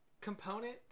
component